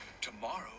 Tomorrow